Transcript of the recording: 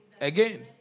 Again